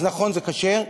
אז נכון, זה כשר,